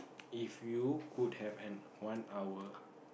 if you could have an one hour